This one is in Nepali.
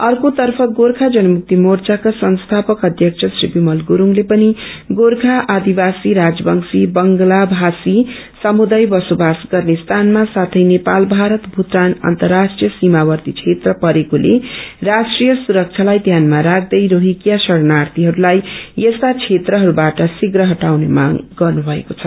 अर्कोतर्फ गोर्खा जनमुक्ति मोर्चाका संस्थापक अध्यक्ष श्री विमत गुस्डले पनि गोर्खा आदिवासी राजवंशी बंगालीभाषी समुदाय बसोबासी गर्ने स्थानमा साथै नेपाल भारत भूटान अर्न्तराष्ट्रीय सीमावर्ती क्षेत्र परेकोले राष्ट्रीय सुरक्षालाई ध्यानमा राख्नै रोहिम्य श्ररणार्याहस्लाई यस्ता क्षेत्रहरूबाट श्रीव्र हटाउने मांग गर्नु भएको छ